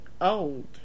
Old